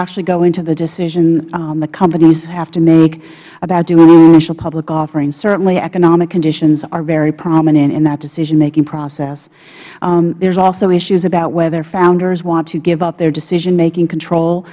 actually go into the decision the companies have to make about doing an initial public offering certainly economic conditions are very prominent in that decisionmaking process there are also issues about whether founders want to give up their decisionmaking control